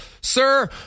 Sir